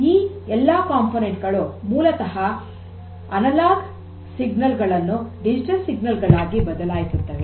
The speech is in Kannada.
ಈ ಎಲ್ಲ ಘಟಕಗಳು ಮೂಲತಃ ಅನಲಾಗ್ ಸಿಗ್ನಲ್ ಗಳನ್ನು ಡಿಜಿಟಲ್ ಸಿಗ್ನಲ್ ಗಳಾಗಿ ಬದಲಾಯಿಸುತ್ತವೆ